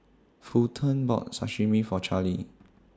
Fulton bought Sashimi For Charlie